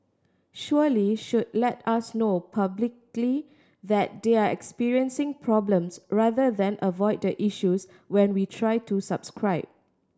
surely should let us know publicly that they're experiencing problems rather than avoid the issues when we try to subscribe